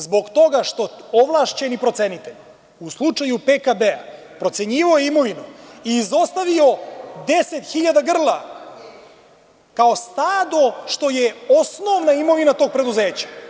Zbog toga što je ovlašćeni procenitelj u slučaju PKB procenjivao imovinu i izostavio 10.000 grla kao stado, što je osnovna imovina tog preduzeća.